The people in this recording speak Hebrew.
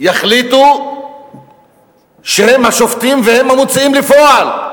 יחליטו שהם השופטים והם המוציאים לפועל.